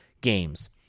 games